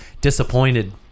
disappointed